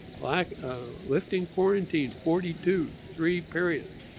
like lifting quarantine forty two, three periods.